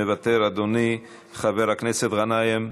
מוותר, חבר הכנסת גנאים,